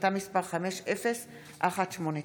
החלטה מס' 5018. תודה.